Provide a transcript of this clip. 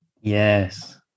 yes